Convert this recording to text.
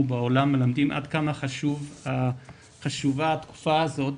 בעולם מלמדים עד כמה חשובה התקופה הזאת